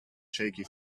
shaky